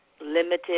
limited